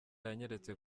yanyeretse